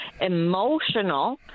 emotional